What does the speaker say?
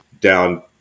down